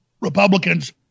Republicans